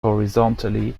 horizontally